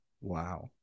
wow